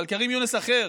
אבל כרים יונס אחר: